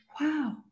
wow